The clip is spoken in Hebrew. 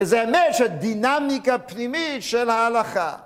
וזה אומר שהדינמיקה הפנימית של ההלכה.